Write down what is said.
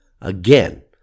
Again